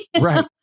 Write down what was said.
Right